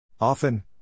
Often